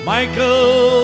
Michael